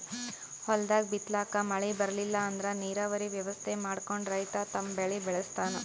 ಹೊಲ್ದಾಗ್ ಬಿತ್ತಲಾಕ್ ಮಳಿ ಬರ್ಲಿಲ್ಲ ಅಂದ್ರ ನೀರಾವರಿ ವ್ಯವಸ್ಥೆ ಮಾಡ್ಕೊಂಡ್ ರೈತ ತಮ್ ಬೆಳಿ ಬೆಳಸ್ತಾನ್